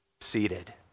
seated